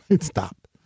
Stop